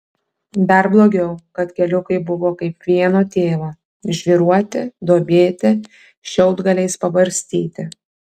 dar blogiau kad keliukai buvo kaip vieno tėvo žvyruoti duobėti šiaudgaliais pabarstyti